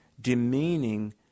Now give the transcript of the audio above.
demeaning